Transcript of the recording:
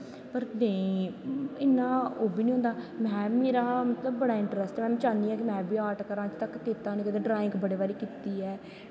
पर नेंई इयां ओह् बी नेंई होंदा मेरा मतलव बड़ा इंट्रस्ट ऐ कि में बी आर्ट करां अज्ज तक कीता नी ड्राईंग बड़ी बारी कीती ऐ